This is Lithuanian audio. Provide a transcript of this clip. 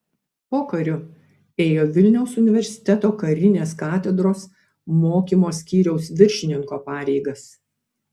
pokariu ėjo vilniaus universiteto karinės katedros mokymo skyriaus viršininko pareigas